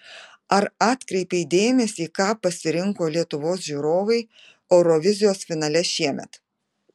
ar atkreipei dėmesį ką pasirinko lietuvos žiūrovai eurovizijos finale šiemet